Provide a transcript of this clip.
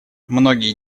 многие